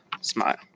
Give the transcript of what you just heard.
Smile